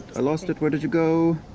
i lost it. where did you go?